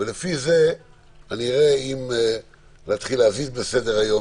ולפי זה אראה האם להתחיל להזיז בסדר היום